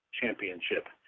championship